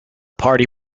party